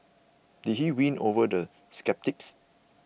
did he win over the sceptics